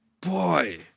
boy